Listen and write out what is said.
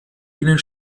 ihnen